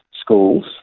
schools